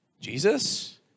Jesus